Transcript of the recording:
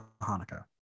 Hanukkah